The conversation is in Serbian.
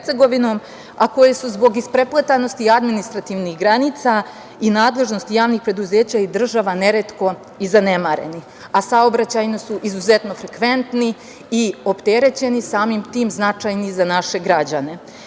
a koje su zbog isprepletanosti administrativnih granica i nadležnosti javnih preduzeća i država neretko zanemareni, a saobraćajne su izuzetno frekventne i opterećene, a samim tim značajni za naše građane.